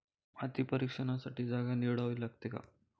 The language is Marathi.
माती परीक्षणासाठी जागा निवडावी लागते का?